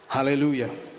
Hallelujah